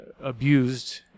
abused